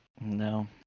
No